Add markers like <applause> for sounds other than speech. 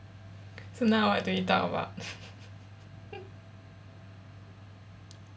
so now what do we talk about <laughs>